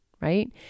right